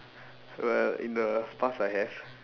well in the past I have